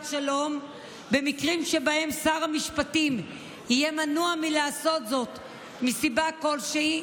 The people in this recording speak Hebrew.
שלום במקרים שבהם שר המשפטים יהיה מנוע מלעשות זאת מסיבה כלשהי,